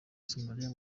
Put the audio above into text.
somaliya